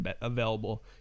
available